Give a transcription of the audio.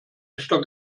echter